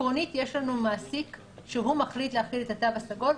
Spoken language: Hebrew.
עקרונית יש לנו מעסיק שכשהוא מחליט להחיל את התו הסגול,